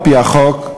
על-פי החוק,